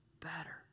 better